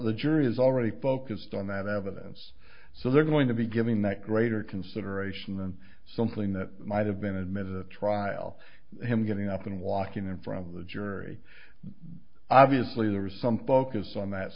the jury is already focused on that evidence so they're going to be giving that greater consideration than something that might have been admitted the trial him getting up and walking in front of the jury obviously there was some focus on that